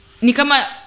nikama